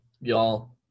y'all